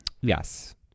Yes